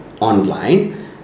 online